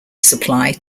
supply